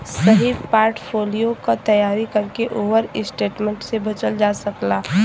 सही पोर्टफोलियो क तैयारी करके ओवर इन्वेस्टमेंट से बचल जा सकला